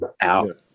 out